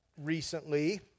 recently